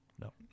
No